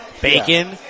Bacon